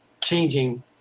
changing